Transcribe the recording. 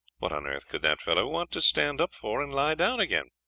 what on earth could that fellow want to stand up for and lie down again?